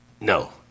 No